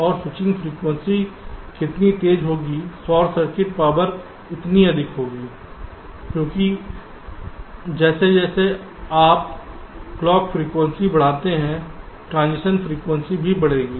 और switching frequency कितनी तेज होगी शॉर्ट सर्किट पावर इतनी अधिक होगी क्योंकि जैसे जैसे आप क्लॉक फ्रिकवेंसी बढ़ाते हैं ट्रांजिशन फ्रीक्वेंसी भी बढ़ेगी